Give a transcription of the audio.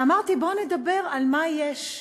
ואמרתי: בואו נדבר על מה יש.